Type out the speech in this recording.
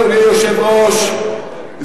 אדוני היושב-ראש,